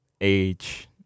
age